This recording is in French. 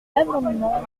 l’amendement